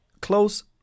close